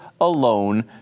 alone